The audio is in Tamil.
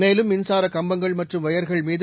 மேலும் மின்சாரக் கம்பங்கள் மற்றும் வயர்கள் மீது